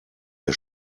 der